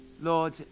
Lord